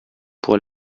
pour